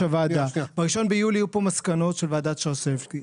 הוועדה יהיו כאן מסקנות של ועדת שרשבסקי.